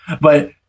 but-